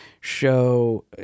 show